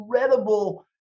incredible